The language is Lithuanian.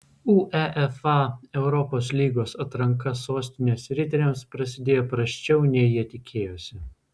uefa europos lygos atranka sostinės riteriams prasidėjo prasčiau nei jie tikėjosi